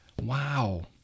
Wow